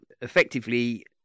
effectively